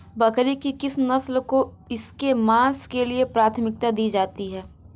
बकरी की किस नस्ल को इसके मांस के लिए प्राथमिकता दी जाती है?